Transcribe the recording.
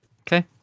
Okay